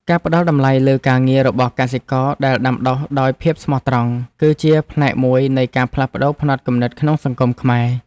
ការផ្តល់តម្លៃលើការងាររបស់កសិករដែលដាំដុះដោយភាពស្មោះត្រង់ គឺជាផ្នែកមួយនៃការផ្លាស់ប្តូរផ្នត់គំនិតក្នុងសង្គមខ្មែរ។